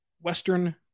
Western